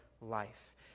life